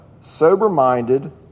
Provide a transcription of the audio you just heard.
sober-minded